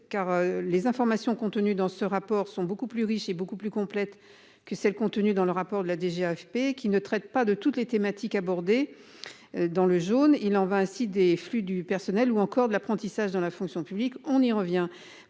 car les informations contenues dans ce rapport sont beaucoup plus riche et beaucoup plus complète que celle contenue dans le rapport de la DGA AFP qui ne traite pas de toutes les thématiques abordées. Dans le jaune. Il en va ainsi des flux du personnel ou encore de l'apprentissage dans la fonction publique on y revient